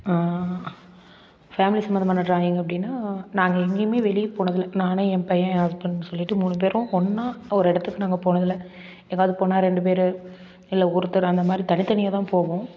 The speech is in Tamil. ஃபேமிலி சம்மந்தமான டிராயிங் அப்படின்னா நாங்கள் எங்கேயுமே வெளியே போனதில்லை நானு என் பையன் என் ஹஸ்பண்ட் சொல்லிட்டு மூணு பேரு ஒன்றா ஒரு இடத்துக்கு நாங்கள் போனதில்லை எங்கேவுது போனால் ரெண்டு பேரு இல்லை ஒருத்தர் அந்த மாதிரி தனித்தனியாக தான் போவோம்